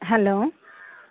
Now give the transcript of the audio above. hello